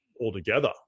altogether